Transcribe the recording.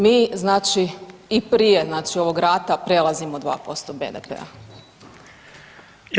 Mi znači i prije znači ovog rata prelazimo 2% BDP-a.